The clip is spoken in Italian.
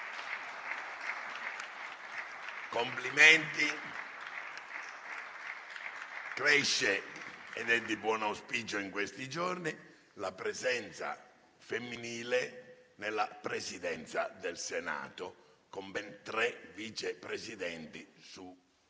Complimenti: cresce - ed è di buon auspicio in questi giorni - la presenza femminile nella Presidenza del Senato, con tre Vice Presidenti su